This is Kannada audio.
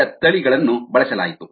coli ಯ ತಳಿಗಳನ್ನು ಬಳಸಲಾಯಿತು